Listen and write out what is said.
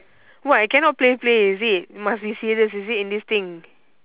what I cannot play play is it must be serious is it in this thing